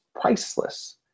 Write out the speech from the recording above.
priceless